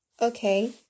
Okay